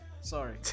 Sorry